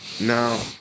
Now